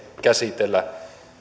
käsitellä